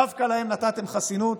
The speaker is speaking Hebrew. דווקא להם נתתם חסינות,